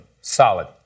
Solid